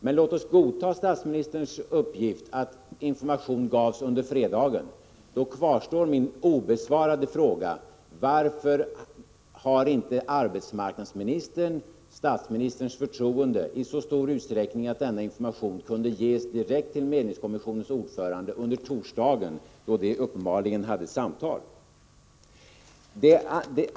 Men låt oss godta statsministerns uppgift att information gavs under fredagen. Då kvarstår följande fråga obesvarad: Varför har inte arbetsmarknadsministern i så stor utsträckning statsministerns förtroende att denna information kunde ges direkt till medlingskommissionens ordförande under torsdagen, då arbetsmarknadsministern och han uppenbarligen hade samtal?